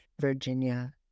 Virginia